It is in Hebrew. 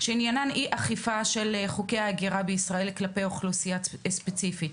שעניין אי אכיפה של חוקי ההגירה בישראל כלפי אוכלוסייה ספציפית.